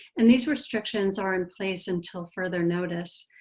and these restrictions are in place until further notice.